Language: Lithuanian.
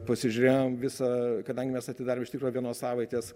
pasižiūrėjom visa kadangi mes atidarėm iš tikro vienos savaitės